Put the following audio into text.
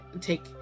take